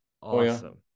awesome